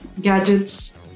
gadgets